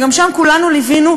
וגם שם כולנו ליווינו,